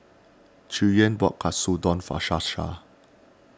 Cheyenne bought Katsudon for Shasta